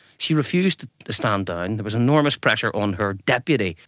she refused to stand down. there was enormous pressure on her deputy,